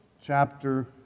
chapter